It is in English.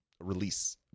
release